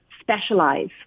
specialize